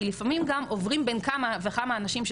כי לפעמים גם עוברים בין כמה וכמה אנשים,